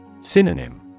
Synonym